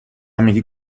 میگی